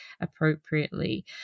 appropriately